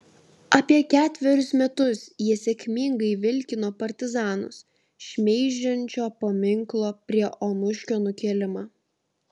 apie ketverius metus jie sėkmingai vilkino partizanus šmeižiančio paminklo prie onuškio nukėlimą